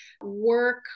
work